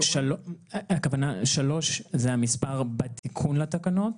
3 זה המספר בתיקון לתקנות,